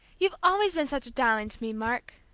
you've always been such a darling to me, mark!